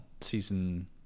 season